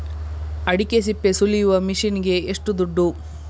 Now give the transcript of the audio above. ಅಡಿಕೆ ಸಿಪ್ಪೆ ಸುಲಿಯುವ ಮಷೀನ್ ಗೆ ಏಷ್ಟು ದುಡ್ಡು?